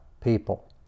people